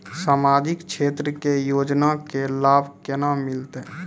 समाजिक क्षेत्र के योजना के लाभ केना मिलतै?